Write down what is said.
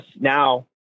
now